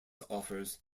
offers